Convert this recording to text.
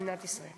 במדינת ישראל.